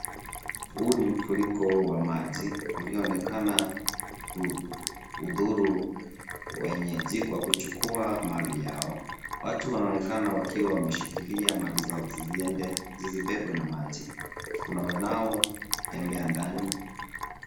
Huu ni mfuriko wa maji ulioonekana kudhuru wenyeji kwa kuchukua mali yao. Watu wanaonekana wakiwa wameshikilia Mali zao zisibebwe na maji. Kuna wanaotembea ndani.